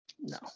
No